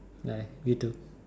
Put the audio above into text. bye you too